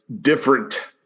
different